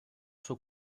suo